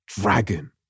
dragon